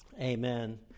Amen